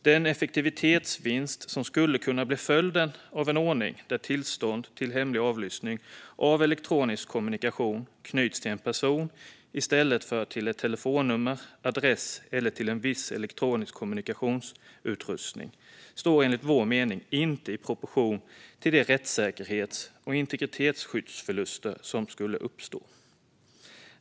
Den effektivitetsvinst som skulle kunna bli följden av en ordning där tillstånd för hemlig avlyssning av elektronisk kommunikation knyts till en person i stället för till ett telefonnummer, en adress eller en viss elektronisk kommunikationsutrustning står enligt vår mening inte i proportion till de rättssäkerhets och integritetsskyddsförluster som skulle uppstå.